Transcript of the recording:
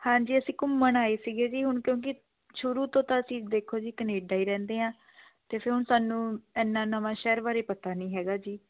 ਹਾਂਜੀ ਅਸੀਂ ਘੁੰਮਣ ਆਏ ਸੀ ਜੀ ਹੁਣ ਕਿਉਂਕਿ ਸ਼ੁਰੂ ਤੋਂ ਤਾਂ ਅਸੀਂ ਦੇਖੋ ਜੀ ਕੈਨੇਡਾ ਹੀ ਰਹਿੰਦੇ ਹਾਂ ਅਤੇ ਹੁਣ ਸਾਨੂੰ ਐਨਾ ਨਵਾਂਸ਼ਹਿਰ ਬਾਰੇ ਪਤਾ ਨੀ ਹੈਗਾ ਜੀ